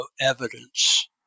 evidence